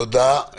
תודה.